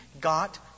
got